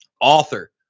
author